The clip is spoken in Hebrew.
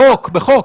בחוק, בחוק,